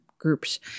groups